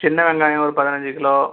சின்ன வெங்காயம் ஒரு பதினைஞ்சி கிலோ